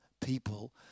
people